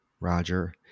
roger